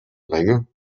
ränge